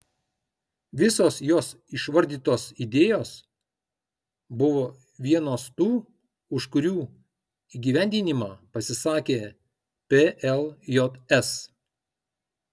visos jos išvardytos idėjos buvo vienos tų už kurių įgyvendinimą pasisakė pljs